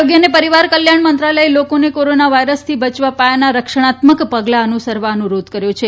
આરોગ્ય અને પરિવાર કલ્યાણ મંત્રાલયે લોકોને કોરોના વાયરસથી બચવા પાયાના રક્ષણાત્મક પગલાં અનુસરવા અનુરોધ કર્યો છે